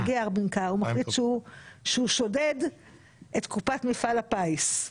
מגיע ארבינקה ומחליט שהוא שודד את קופת מפעל הפיס.